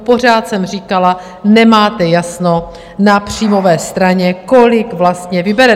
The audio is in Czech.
Pořád jsem říkala: Nemáte jasno na příjmové straně, kolik vlastně vyberete.